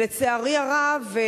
ולצערי הרב,